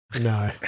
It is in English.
No